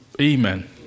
Amen